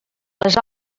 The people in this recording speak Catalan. les